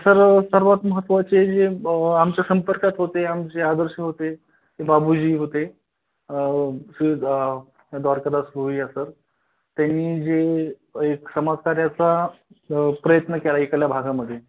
sir सर्वात महत्त्वाचे जे आमच्या संपर्कात होते आमचे आदर्श होते ते बाबूजी होते श्री द्वा द्वारकादास रुइया सर त्यांनी जे एक समाजकार्याचा प्रयत्न केला एकाल्या भागामध्ये